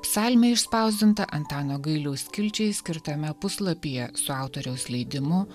psalmė išspausdinta antano gailiaus skilčiai skirtame puslapyje su autoriaus leidimu